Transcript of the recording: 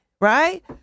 Right